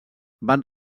van